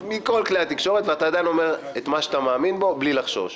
מכל כלי התקשורת ועדיין אתה אומר את מה שאתה מאמין בו בלי לחשוש.